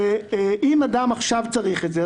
ואם אדם עכשיו צריך את זה,